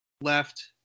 left